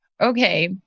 okay